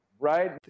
Right